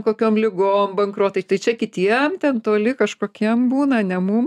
kokiom ligom bankrotai tai čia kitiem ten toli kažkokiem būna ne mum